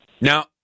Now